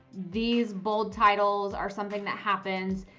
these bold titles are something that happens.